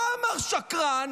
לא אמר שקרן,